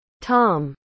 Tom